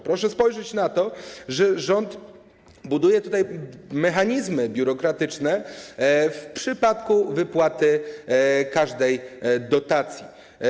Proszę spojrzeć na to, że rząd buduje tutaj mechanizmy biurokratyczne w przypadku wypłaty każdej dotacji.